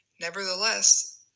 Nevertheless